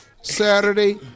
Saturday